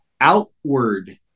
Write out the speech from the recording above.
outward